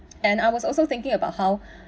and I was also thinking about how